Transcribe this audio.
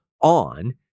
on